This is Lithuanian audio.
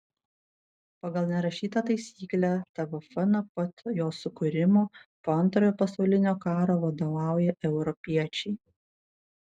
pagal nerašytą taisyklę tvf nuo pat jo sukūrimo po antrojo pasaulinio karo vadovauja europiečiai